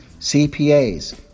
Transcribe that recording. CPAs